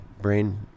brain